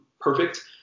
Perfect